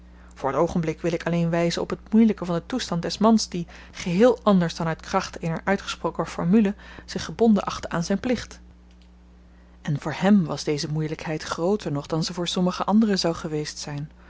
voor t oogenblik wil ik alleen wyzen op het moeielyke van den toestand des mans die geheel ànders dan uit kracht eener uitgesproken formule zich gebonden achtte aan zyn plicht en voor hem was deze moeielykheid grooter nog dan ze voor sommige anderen zou geweest zyn